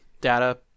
data